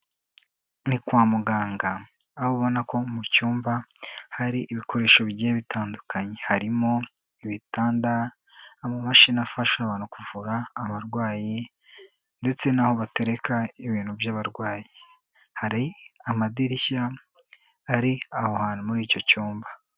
Ni kwa muganga, aho ubona ko mu cyumba hari ibikoresho bigiye bitandukanye, harimo ibitanda, amamashini afasha abantu kuvura abarwayi ndetse n'aho batereka ibintu by'abarwayi, hari amadirishya ari aho hantu muri icyo cyumba.